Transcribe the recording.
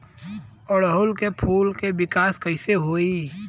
ओड़ुउल के फूल के विकास कैसे होई?